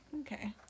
Okay